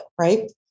right